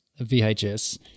VHS